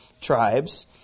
tribes